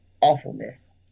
awfulness